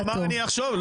הוא אמר, אני אחשוב.